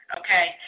okay